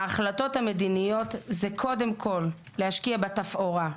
ההחלטות המדיניות זה קודם כל להשקיע בתפאורה,